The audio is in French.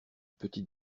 petit